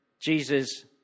Jesus